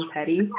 Petty